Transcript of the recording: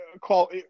call